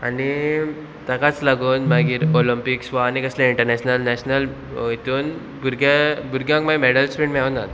आनी ताकाच लागून मागीर ओलंपिक्स वा आनी कसले इंटरनॅशनल नॅशनल हितून भुरग्यां भुरग्यांक मागीर मॅडल्स बीन मेवोनात